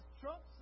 trump